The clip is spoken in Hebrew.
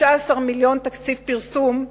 16 מיליון לתקציב פרסום,